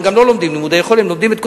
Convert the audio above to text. הם גם לא לומדים לימודי חול,